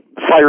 fire